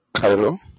Cairo